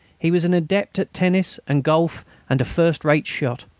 he was an adept at tennis and golf and a first-rate shot.